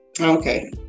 Okay